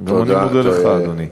אני מודה לך, אדוני.